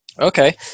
Okay